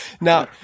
Now